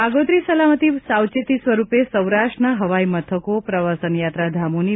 આગોતરી સલામતી સાવચેતી સ્વરૂપે સૌરાષ્ટ્રના હવાઈ મથકો પ્રવાસન યાત્રાધામોની